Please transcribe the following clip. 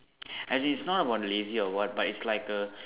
as in its not about lazy or what but is like a